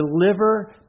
deliver